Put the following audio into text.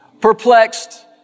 perplexed